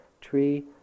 tree